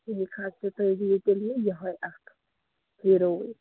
ٹھیٖک حظ چھُ تُہۍ دِیِو تیٚلہِ یِہَے اکھ ہیٖرووٕے